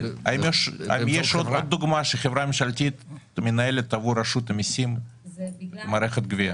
האם יש עוד דוגמה שחברה ממשלתית מנהלת עבור רשות המיסים מערכת גבייה?